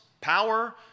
power